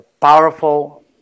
powerful